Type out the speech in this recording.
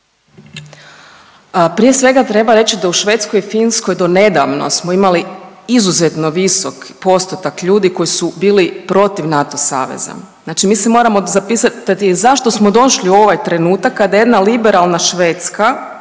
Prije svega treba reći da u Švedskoj i Finskoj do nedavno smo imali izuzetno visok postotak ljudi koji su bili protiv NATO saveza. Znači mi se moramo zapitati zašto smo došli u ovaj trenutak kada jedna liberalna Švedska